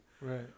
Right